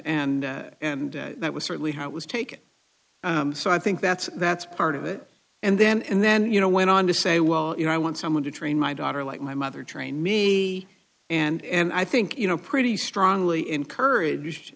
meant and and that was certainly how it was taken so i think that's that's part of it and then and then you know went on to say well you know i want someone to train my daughter like my mother trained me and i think you know pretty strongly encourage